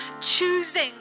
choosing